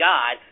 God